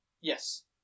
Yes